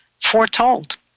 foretold